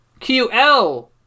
QL